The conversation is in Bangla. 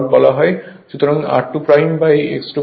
সুতরাং r2x 2SSmax T হয়েছে